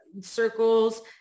circles